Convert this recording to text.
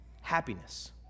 happiness